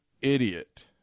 idiot